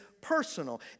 personal